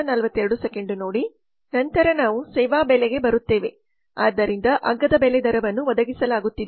ನಂತರ ನಾವು ಸೇವಾ ಬೆಲೆಗೆ ಬರುತ್ತೇವೆ ಆದ್ದರಿಂದ ಅಗ್ಗದ ಬೆಲೆ ದರವನ್ನು ಒದಗಿಸಲಾಗುತ್ತಿದೆ